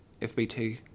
FBT